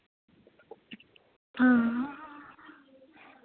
हां